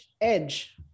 Edge